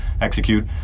execute